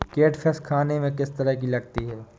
Catfish खाने में किस तरह की लगती है?